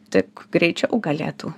tik greičiau galėtų